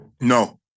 No